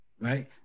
right